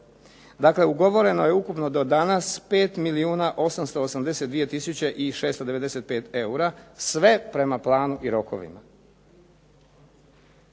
Dakle, ugovoreno je ukupno do danas 5 milijuna 882 tisuće i 695 eura sve prema planu i rokovima.